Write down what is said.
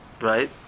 right